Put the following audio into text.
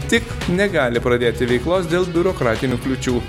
tik negali pradėti veiklos dėl biurokratinių kliūčių